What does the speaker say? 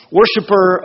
worshiper